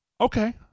Okay